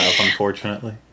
unfortunately